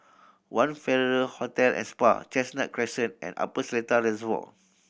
One Farrer Hotel and Spa Chestnut Crescent and Upper Seletar Reservoir